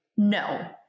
No